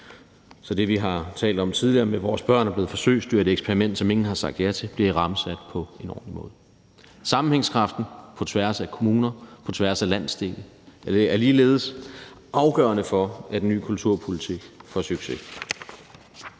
så det, vi har talt om tidligere, om, at vores børn er blevet forsøgsdyr og et eksperiment, som ingen har sagt ja til, bliver rammesat på en ordentlig måde. Sammenhængskraften på tværs af kommuner og på tværs af landsdele er ligeledes afgørende for, at en ny kulturpolitik får succes.